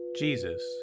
Jesus